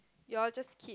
you all just keep